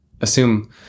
assume